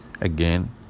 again